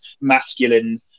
masculine